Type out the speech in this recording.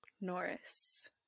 Norris